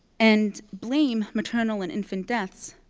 and blame maternal and infant deaths